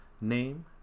name